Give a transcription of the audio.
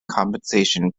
compensation